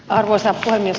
arvoisa puhemies